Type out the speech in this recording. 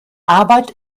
arbeit